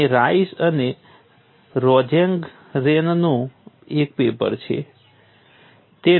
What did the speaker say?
અને રાઈસ અને રોઝેંગરેનનું એક પેપર પણ હતું